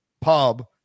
pub